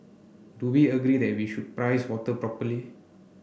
do we agree that we should price water properly